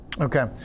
Okay